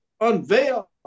unveil